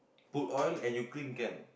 put oil and you clean can